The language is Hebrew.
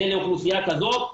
בין לאוכלוסייה כזאת,